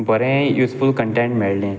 बरें useful content मेळ्ळें